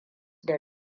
da